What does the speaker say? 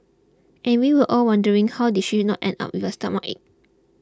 and we were all wondering how did she not end up with a stomachache